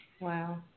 Wow